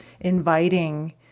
inviting